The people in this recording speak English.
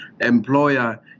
employer